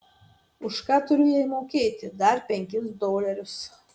už ką turiu jai mokėt dar penkis dolerius